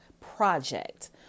project